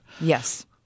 yes